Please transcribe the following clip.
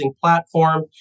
platform